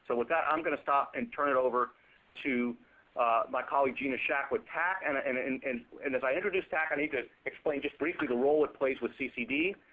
so with that, i'm going to stop and turn it over to my colleague, gina schaak with tac. and and and and as i introduce tac, i need to explain just briefly the role it plays with ccd.